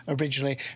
originally